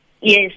Yes